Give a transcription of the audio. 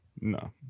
No